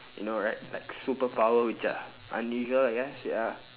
you know right like superpower which are unusual I guess ya